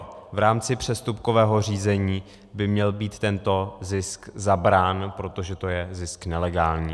V rámci přestupkového řízení by měl být tento zisk zabrán, protože to je zisk nelegální.